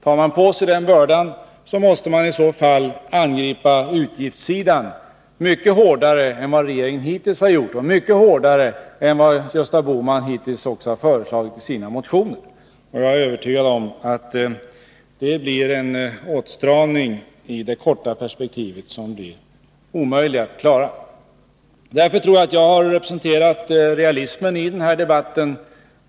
Tar man på sig den bördan, måste man angripa utgiftssidan mycket hårdare än vad regeringen hittills gjort och mycket hårdare än vad också Gösta Bohman föreslagit i sina motioner. Jag är övertygad om att det blir en åtstramning i det korta perspektivet som blir omöjlig att klara. Därför tror jag att jag har representerat realismen i debatten.